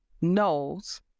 knows